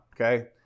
Okay